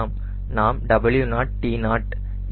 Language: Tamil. நாம் T0 என்ன என்பதை கணக்கிட்டோம்